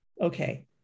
okay